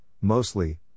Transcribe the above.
mostly